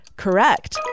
Correct